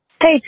Hey